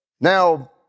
Now